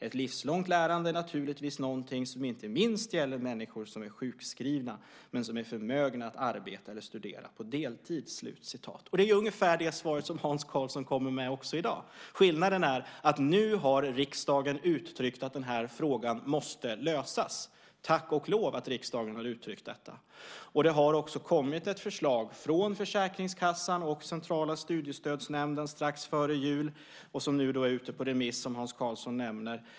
Ett livslångt lärande är naturligtvis någonting som inte minst gäller människor som är sjukskrivna men som är förmögna att arbeta eller studera på deltid. Det är ungefär det svar som Hans Karlsson kommer med också i dag. Skillnaden är att nu har riksdagen uttryckt att den här frågan måste lösas. Tack och lov att riksdagen har uttryckt detta! Det har också kommit ett förslag från Försäkringskassan och Centrala studiestödsnämnden strax före jul som nu är ute på remiss, som Hans Karlsson nämner.